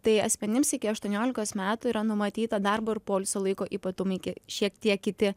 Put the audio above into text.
tai asmenims iki aštuoniolikos metų yra numatyta darbo ir poilsio laiko ypatumai ki šiek tiek kiti